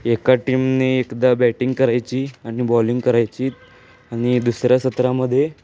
एका टीमने एकदा बॅटिंग करायची आणि बॉलिंग करायची आणि दुसऱ्या सत्रामध्ये